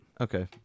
Okay